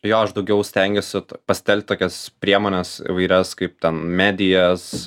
jo aš daugiau stengiuosi pasitelkti tokias priemones įvairias kaip ten medijas